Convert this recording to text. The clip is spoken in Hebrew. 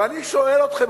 ואני שואל אתכם,